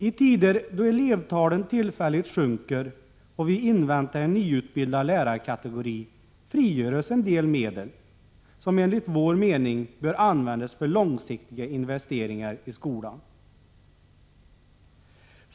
I tider då elevtalen tillfälligt sjunker och vi inväntar en nyutbildad lärarkategori frigörs en del medel som enligt vår mening bör användas för långsiktiga investeringar i skolan.